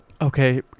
Okay